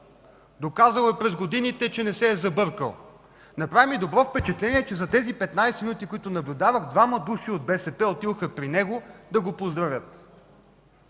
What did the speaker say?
доказал е през годините, че не се е забъркал… Направи ми добро впечатление, че за тези 15 минути, през които наблюдавах, двама души от БСП отидоха при него да го поздравят.